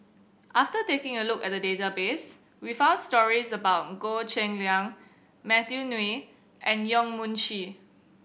after taking a look at the database we found stories about Goh Cheng Liang Matthew Ngui and Yong Mun Chee